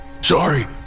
Sorry